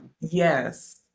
Yes